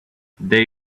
they